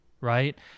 right